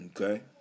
Okay